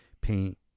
paint